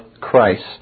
Christ